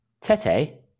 Tete